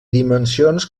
dimensions